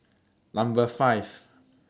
Number five